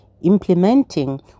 implementing